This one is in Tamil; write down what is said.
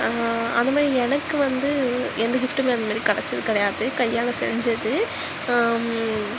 அது மாதிரி எனக்கு வந்து எந்த கிஃப்ட்டும் நான் இந்த மாதிரி கிடச்சது கிடையாது கையால் செஞ்சது